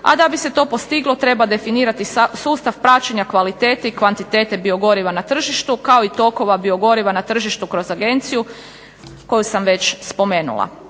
a da bi se to postiglo treba definirati sustav praćenja kvantitete i kvalitete biogoriva na tržištu kao i tokova biogoriva na tržištu kroz Agenciju koju sam već spomenula.